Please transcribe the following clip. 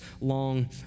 long